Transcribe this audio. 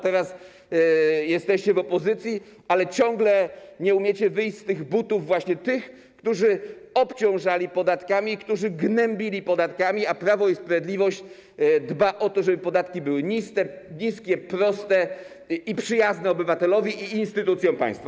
Teraz jesteście w opozycji, ale ciągle nie umiecie wyjść z butów tych, którzy obciążali podatkami i którzy gnębili podatkami, a Prawo i Sprawiedliwość dba o to, żeby podatki były niskie, proste i przyjazne obywatelowi i instytucjom państwa.